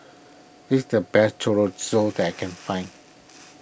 this is the best Chorizo that I can find